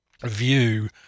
view